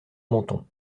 menthon